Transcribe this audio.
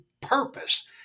purpose